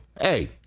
hey